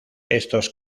estos